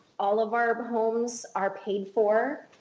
all of our homes are paid for.